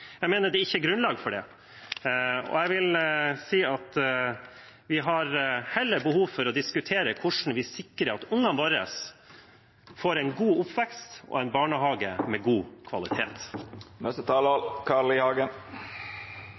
Jeg mener det ikke er grunnlag for det, og jeg vil si at vi har mer behov for å diskutere hvordan vi sikrer at barna våre får en god oppvekst og en barnehage med god